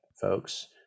folks